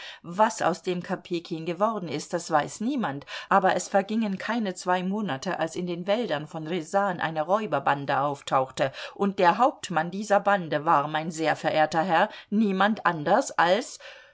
was aus dem kopejkin geworden ist das weiß niemand aber es vergingen keine zwei monate als in den wäldern von rjasan eine räuberbande auftauchte und der hauptmann dieser bande war mein sehr verehrter herr niemand anders als